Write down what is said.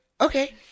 okay